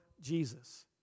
Jesus